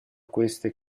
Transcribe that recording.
queste